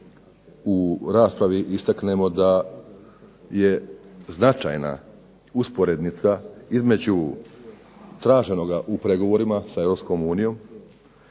u raspravi istaknemo da je značajna usporednica između traženoga u pregovorima sa EU, zatim onoga